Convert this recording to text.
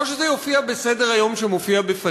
או שזה יופיע בסדר-היום שבפנינו,